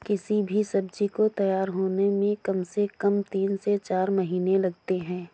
किसी भी सब्जी को तैयार होने में कम से कम तीन से चार महीने लगते हैं